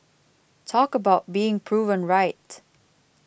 talk about being proven right